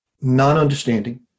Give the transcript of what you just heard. non-understanding